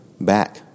back